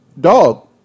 Dog